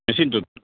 মেচিনটোত